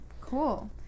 Cool